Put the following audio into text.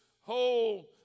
whole